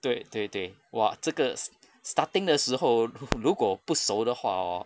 对对对 !wah! 这个 s~ starting 的时候如果不熟的话